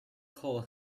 coal